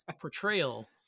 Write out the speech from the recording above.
portrayal